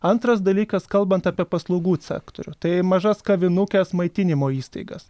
antras dalykas kalbant apie paslaugų sektorių tai mažas kavinukes maitinimo įstaigas